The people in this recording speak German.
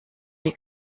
die